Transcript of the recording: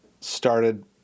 started